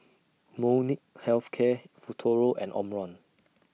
Molnylcke Health Care Futuro and Omron